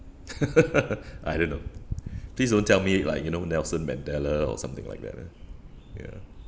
I don't know please don't tell me like you know nelson mandela or something like that leh ya